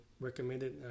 recommended